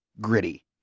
gritty